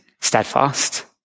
steadfast